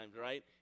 right